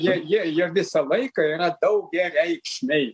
jie jie jie visą laiką yra daugiareikšmiai